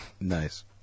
nice